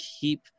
keep